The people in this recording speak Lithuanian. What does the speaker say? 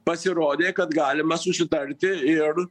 pasirodė kad galima susitarti ir